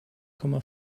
komma